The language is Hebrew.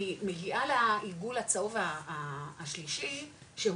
אני מגיעה לעיגול הצהוב השלישי שהוא